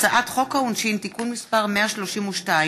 הצעת חוק העונשין (תיקון מס' 132)